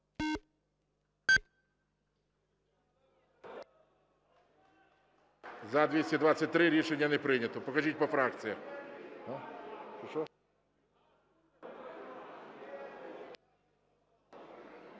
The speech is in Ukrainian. За-223 Рішення не прийнято. Покажіть по фракціях.